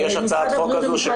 יש הצעת חוק כזו שמשרד הרווחה ניסח?